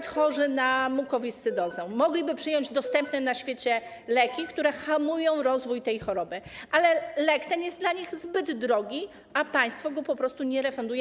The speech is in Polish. Np. chorzy na mukowiscydozę mogliby przyjąć dostępne na świecie leki, które hamują rozwój tej choroby, ale lek ten jest dla nich zbyt drogi, a państwo go po prostu nie refunduje.